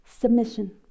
Submission